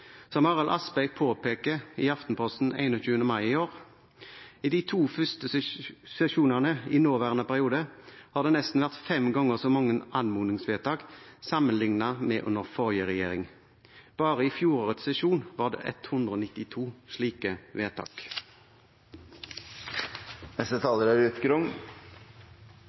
Som Arild Aspøy påpeker i Aftenposten 21. mai i år: I de to første sesjonene i nåværende periode har det vært nesten fem ganger så mange anmodningsvedtak sammenlignet med under forrige regjering. Bare i fjorårets sesjon var det 192 slike vedtak. Arbeiderpartiet er